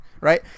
Right